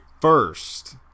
first